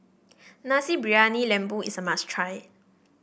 Nasi Briyani Lembu is a must try